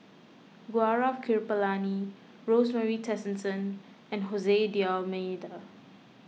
Gaurav Kripalani Rosemary Tessensohn and Jose D'Almeida